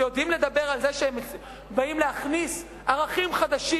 שיודעים לדבר על זה שהם באים להכניס ערכים חדשים,